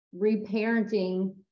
reparenting